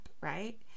right